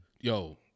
Yo